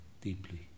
deeply